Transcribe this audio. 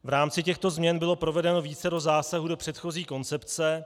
V rámci těchto změn bylo provedeno vícero zásahů do předchozí koncepce.